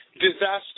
disaster